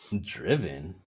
driven